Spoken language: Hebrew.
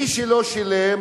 מי שלא שילם,